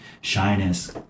shyness